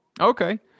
Okay